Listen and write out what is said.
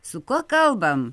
su kuo kalbam